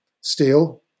steel